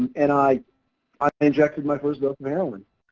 and i i injected my first dose of heroin.